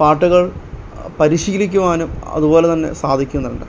പാട്ടുകള് പരിശീലിക്കുവാനും അത്പോലെ തന്നെ സാധിക്കുന്നുണ്ട്